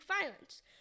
violence